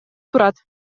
турат